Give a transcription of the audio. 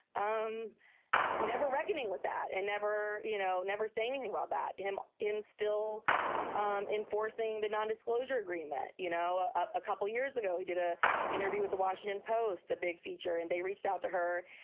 um never reckoning with that and never, you know, never say anything while that him im still um enforcing the non-disclosure agreement. you know, ah a couple years ago, he did a interview with the washington post, a big feature, and they reached out to her.